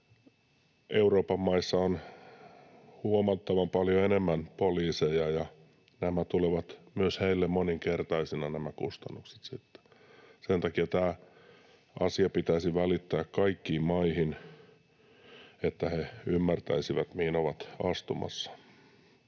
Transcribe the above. Euroopan maissa on huomattavan paljon enemmän poliiseja, ja nämä kustannukset sitten tulevat myös heille moninkertaisina. Sen takia tämä asia pitäisi välittää kaikkiin maihin, että he ymmärtäisivät, mihin ovat astumassa.